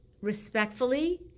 respectfully